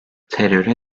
teröre